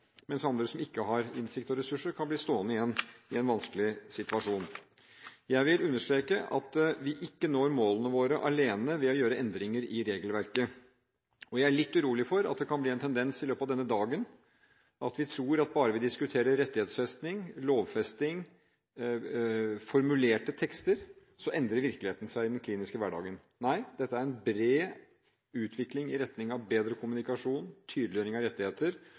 mens andre som ikke har innsikt og ressurser, kan bli stående igjen i en vanskelig situasjon. Jeg vil understreke at vi ikke når målene våre alene ved å gjøre endringer i regelverket. Jeg er litt urolig for at det kan bli en tendens i løpet av denne dagen at vi tror at bare vi diskuterer rettighetsfesting, lovfesting og formulerte tekster, endrer virkeligheten seg i den kliniske hverdagen. Nei, dette er en bred utvikling i retning av bedre kommunikasjon, tydeliggjøring av rettigheter